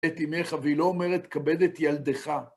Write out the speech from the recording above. את אימך, והיא לא אומרת, כבד את ילדך.